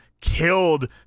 killed